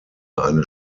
eine